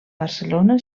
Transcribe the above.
barcelona